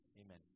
Amen